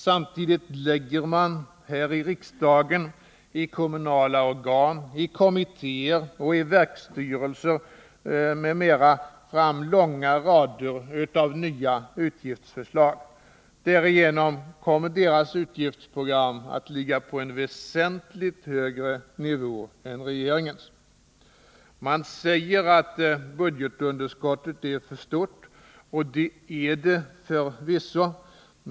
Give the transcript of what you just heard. Samtidigt framlägger man här i riksdagen, i kommunala organ, i kommittéer och verksstyrelser, m.m., långa rader av nya utgiftsförslag. Därigenom kommer socialdemokraternas utgiftsprogram att ligga på en väsentligt högre nivå än regeringens. Man säger att budgetunderskottet är för stort, och det är det förvisso.